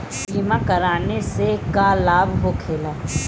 बीमा कराने से का लाभ होखेला?